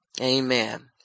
Amen